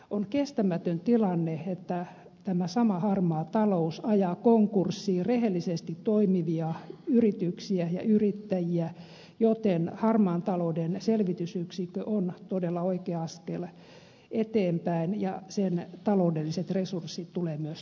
on kestämätön tilanne että tämä sama harmaa talous ajaa konkurssiin rehellisesti toimivia yrityksiä ja yrittäjiä joten harmaan talouden selvitysyksikkö on todella oikea askel eteenpäin ja sen taloudelliset resurssit tulee myös turvata